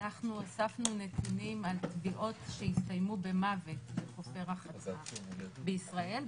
אנחנו אספנו נתונים על טביעות שהסתיימו במוות בחופי רחצה בישראל,